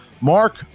Mark